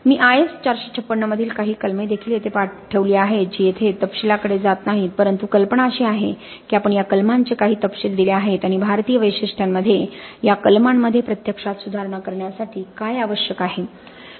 मी IS 456 मधील काही कलमे देखील येथे ठेवली आहेत जी येथे तपशीलाकडे जात नाहीत परंतु कल्पना अशी आहे की आपण या कलमांचे काही तपशील दिले आहेत आणि भारतीय वैशिष्ट्यांमध्ये या कलमांमध्ये प्रत्यक्षात सुधारणा करण्यासाठी काय आवश्यक आहे